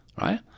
right